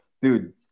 dude